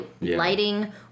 lighting